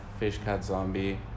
fishcatzombie